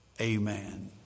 Amen